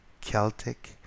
Celtic